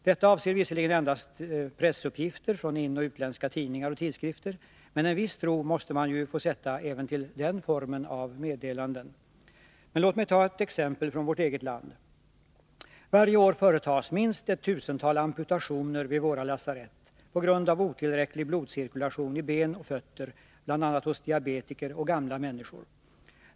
Det rör sig visserligen endast om uppgifter i inoch utländska tidningar och tidskrifter, men en viss tilltro måste man ju få sätta även till den formen av meddelanden. Men låt mig ta ett exempel från vårt eget land. Varje år företas minst ett tusental amputationer vid våra lasarett på grund av otillräcklig blodcirkulation i ben och fötter, bl.a. hos diabetiker och gamla människor.